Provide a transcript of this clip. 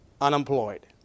Unemployed